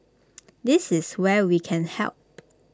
this is where we can help